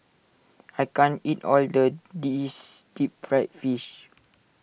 I can't eat all the this Deep Fried Fish